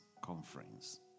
conference